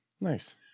Nice